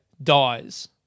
dies